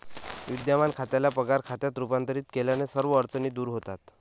विद्यमान खात्याला पगार खात्यात रूपांतरित केल्याने सर्व अडचणी दूर होतात